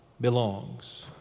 belongs